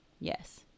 yes